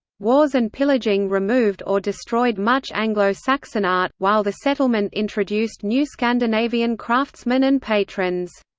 wars and pillaging removed or destroyed much anglo-saxon art, while the settlement introduced new scandinavian craftsmen and patrons.